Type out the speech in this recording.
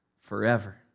forever